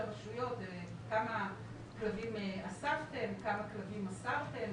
הרשויות "כמה כלבים אספתם" "כמה כלבים מסרתם",